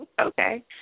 Okay